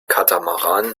katamaran